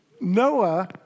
Noah